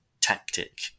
tactic